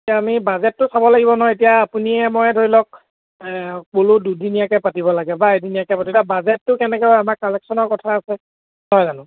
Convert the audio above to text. এতিয়া আমি বাজেটটো চাব লাগিব ন এতিয়া আপুনিয়ে ময়ে ধৰি লওক ক'লোঁ দুদিনীয়াকৈ পাতিব লাগে বা এদিনীয়াকৈ পাতিব লাগে এতিয়া বাজেটটো কেনেকৈ আমাৰ কালেকশ্যনৰ কথা আছে নহয় জানো